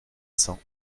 cents